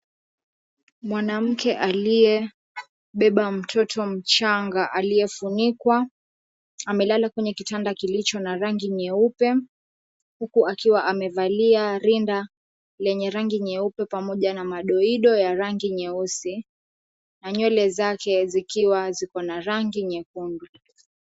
Mwanamke aliyebeba mtoto mchanga aliyefunikwa, amelala kwenye kitanda kilicho na rangi nyeupe, huku akiwa amevalia rinda lenye rangi nyeupe pamoja na madoido ya rangi nyeusi na nywele zake zikiwa ziko na rangi nyekundu.